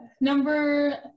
number